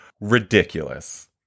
ridiculous